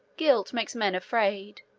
guilt makes men afraid.